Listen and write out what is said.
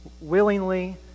willingly